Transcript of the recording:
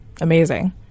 amazing